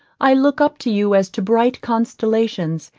i look up to you as to bright constellations,